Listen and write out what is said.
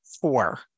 four